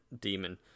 demon